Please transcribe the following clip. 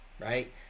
right